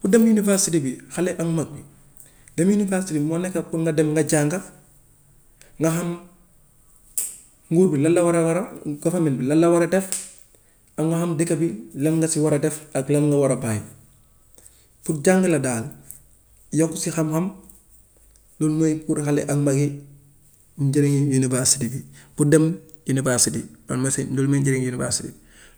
Pour dem university bi xale ak mag, dem university bi moo nekka pour nga dem nga jànga, nga xam nguur bi lan la war a waral, govern bi lan la war a def ak nga xam dëkk bi lan nga si war a def ak lan nga war a bàyyi. Pour jàng la daal, yokk si xam-xam loolu mooy pour xale ak mag yëpp njëriñu university bi, pour dem university loolu mooy seen loolu mooy njëriñu university.